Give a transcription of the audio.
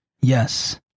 Yes